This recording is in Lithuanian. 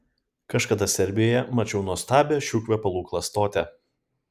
kažkada serbijoje mačiau nuostabią šių kvepalų klastotę